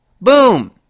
Boom